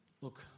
Look